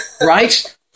right